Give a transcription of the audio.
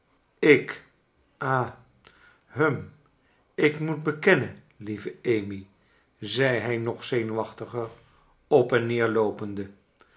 ik ha hum ik moet bekennen lieve amy zei hij nog zenuwachtiger op en neer loopende